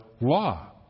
law